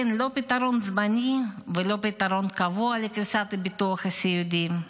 אין לא פתרון זמני ולא פתרון קבוע לקריסת הביטוח הסיעודי.